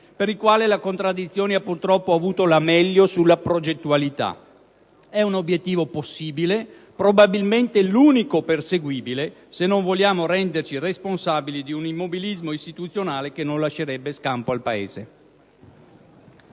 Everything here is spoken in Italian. per il quale la contraddizione ha purtroppo avuto la meglio sulla progettualità. E' un obiettivo possibile, probabilmente l'unico perseguibile, se non vogliamo renderci responsabili di un immobilismo istituzionale che non lascerebbe scampo al Paese.